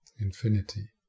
infinity